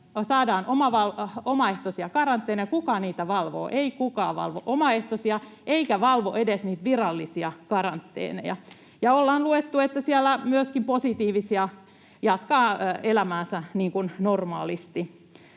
saadaan nyt omaehtoisia karanteeneja. Kuka niitä valvoo? Ei kukaan valvo omaehtoisia eikä valvo edes niitä virallisia karanteeneja. Ja on luettu, että siellä myöskin positiivisia jatkaa elämäänsä niin